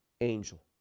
angel